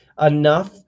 enough